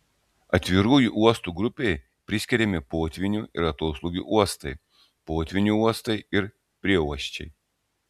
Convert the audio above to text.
atvirųjų uostų grupei priskiriami potvynių ir atoslūgių uostai potvynių uostai ir prieuosčiai